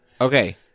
Okay